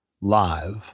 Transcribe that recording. live